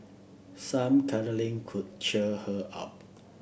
some cuddling could cheer her up